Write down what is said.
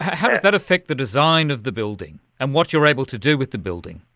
how does that affect the design of the building and what you're able to do with the building?